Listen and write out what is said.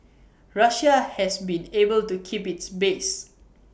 Russia has been able to keep its base